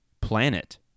planet